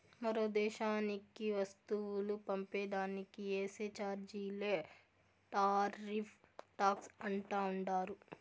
మరో దేశానికి వస్తువులు పంపే దానికి ఏసే చార్జీలే టార్రిఫ్ టాక్స్ అంటా ఉండారు